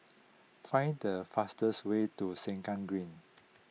find the fastest way to Sengkang Green